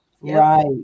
right